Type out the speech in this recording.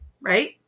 Right